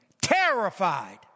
Terrified